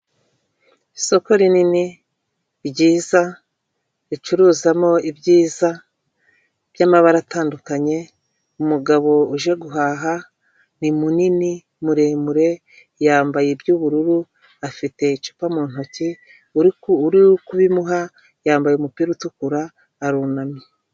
Isoko rinini, ryiza, ricuruzamo ibyiza by'amabara atandukanye, umugabo uje guhaha ni munini, muremure, yambaye iby'ubururu, afite icupa mu ntoki, uri kubimuha yambaye umupira utukura, arunamye.